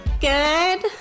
Good